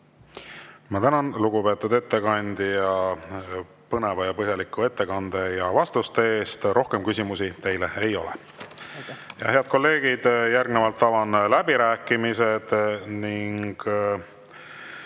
Ma tänan, lugupeetud ettekandja, põneva ja põhjaliku ettekande ja vastuste eest! Rohkem küsimusi teile ei ole. Head kolleegid, järgnevalt avan läbirääkimised.